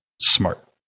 Smart